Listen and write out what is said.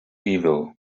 evil